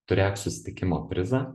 turėk susitikimo prizą